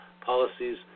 policies